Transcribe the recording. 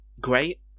great